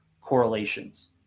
correlations